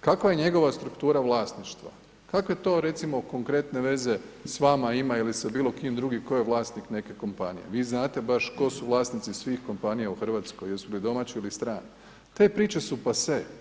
kakva je njegova struktura vlasništva, kakve to recimo konkretne veze s vama ima ili s bilo kim drugim tko je vlasnik neke kompanije, vi znate baš tko su vlasnici svih kompanija u Hrvatskoj, jesu li domaći ili strani, te priče su passe.